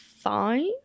five